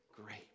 great